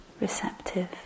receptive